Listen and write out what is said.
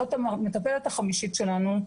זאת המטפלת החמישית שלנו,